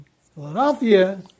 Philadelphia